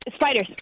spiders